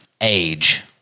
age